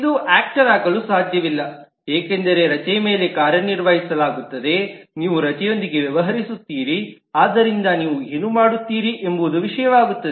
ಇದು ಆಕ್ಟರಾಗಲು ಸಾಧ್ಯವಿಲ್ಲ ಏಕೆಂದರೆ ರಜೆ ಮೇಲೆ ಕಾರ್ಯನಿರ್ವಹಿಸಲಾಗುತ್ತದೆ ನೀವು ರಜೆಯೊಂದಿಗೆ ವ್ಯವಹರಿಸುತ್ತೀರಿ ಆದ್ದರಿಂದ ನೀವು ಏನು ಮಾಡುತ್ತೀರಿ ಎಂಬುದು ವಿಷಯವಾಗುತ್ತದೆ